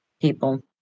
people